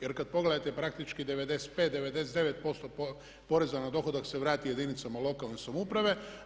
Jer kad pogledate praktički 95, 99% poreza na dohodak se vrati jedinicama lokalne samouprave.